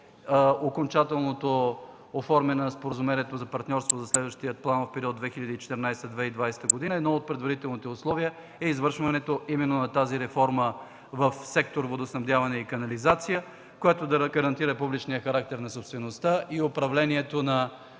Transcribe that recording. окончателното оформяне на Споразумението за партньорство за следващия планов период 2014-2020 г. – едно от предварителните условия, е извършването именно на тази реформа в сектор „Водоснабдяване и канализация”, която да гарантира публичния характер на собствеността и управлението на